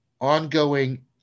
ongoing